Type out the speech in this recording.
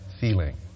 feeling